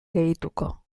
gehituko